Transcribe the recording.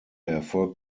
erfolgt